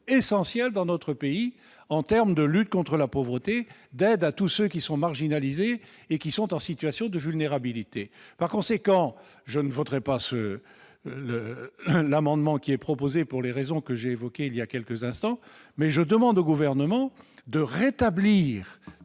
essentielle dans notre pays en terme de lutte contre la pauvreté, d'aide à tous ceux qui sont marginalisés et qui sont en situation de vulnérabilité, par conséquent, je ne voterai pas ce un amendement qui est proposée pour les raisons que j'ai évoqué il y a quelques instants, mais je demande au gouvernement de rétablir